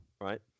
right